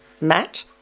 Matt